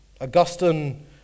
Augustine